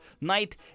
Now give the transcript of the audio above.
Night